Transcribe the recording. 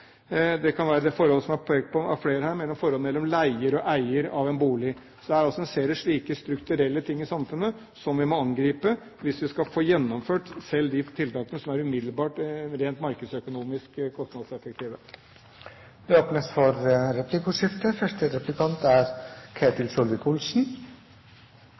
Det kan være forhold som er pekt på av flere her, nemlig forholdet mellom leier og eier av en bolig. Det er altså en serie av slike strukturelle ting i samfunnet som vi må angripe hvis vi skal få gjennomført selv de tiltakene som umiddelbart er rent markedsøkonomisk kostnadseffektive. Det blir replikkordskifte. I dag er